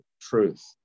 truth